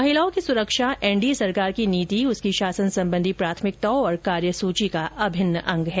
महिलाओं की सुरक्षा एनडीए सरकार की नीति उसकी शासन संबंधी प्राथमिकताओं और कार्य सूची का अभिन्न अंग है